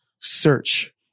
search